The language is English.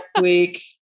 week